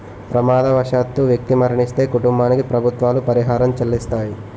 ప్రమాదవశాత్తు వ్యక్తి మరణిస్తే కుటుంబానికి ప్రభుత్వాలు పరిహారం చెల్లిస్తాయి